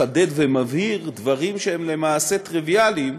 מחדד ומבהיר דברים שהם למעשה טריוויאליים